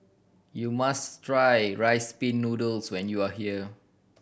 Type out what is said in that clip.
you must try Rice Pin Noodles when you are here